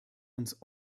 uns